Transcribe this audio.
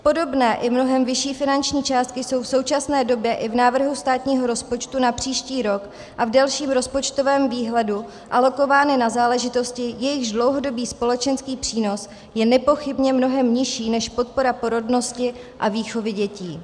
Podobné i mnohem vyšší finanční částky jsou v současné době i v návrhu státního rozpočtu na příští rok a v delším rozpočtovém výhledu alokovány na záležitosti, jejichž dlouhodobý společenský přínos je nepochybně mnohem nižší než podpora porodnosti a výchovy dětí.